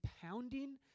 pounding